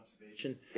observation